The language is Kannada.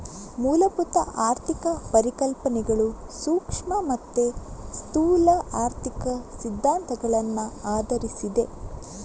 ಮೂಲಭೂತ ಆರ್ಥಿಕ ಪರಿಕಲ್ಪನೆಗಳು ಸೂಕ್ಷ್ಮ ಮತ್ತೆ ಸ್ಥೂಲ ಆರ್ಥಿಕ ಸಿದ್ಧಾಂತಗಳನ್ನ ಆಧರಿಸಿದೆ